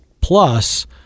Plus